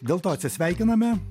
dėl to atsisveikiname